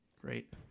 Great